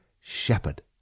shepherd